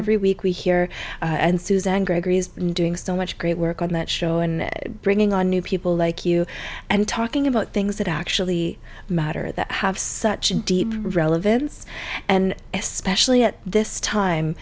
every week we hear and suzanne gregory's been doing so much great work on that show and bringing on new people like you and talking about things that actually matter that have such deep relevance and especially at this time